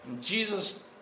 Jesus